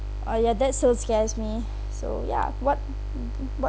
uh ya that so scares me so ya what w~ w~ what